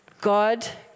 God